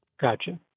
Gotcha